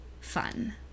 fun